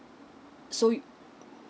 so you